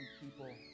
people